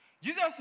Jesus